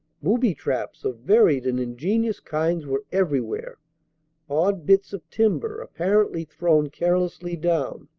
booby-traps of varied and ingenious kinds were everywhere odd bits of timber apparently thrown carelessly down,